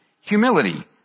humility